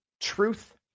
truth